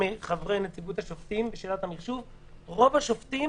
רוב השופטים